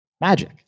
Magic